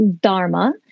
dharma